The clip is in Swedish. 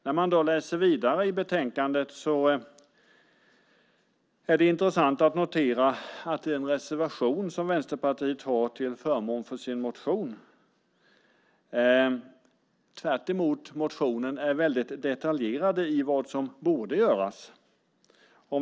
När man läser vidare i betänkandet är det intressant att notera att den reservation som Vänsterpartiet har till förmån för sin motion tvärtemot motionen är detaljerad i vad som borde göras.